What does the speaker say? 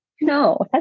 No